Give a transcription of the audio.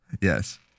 yes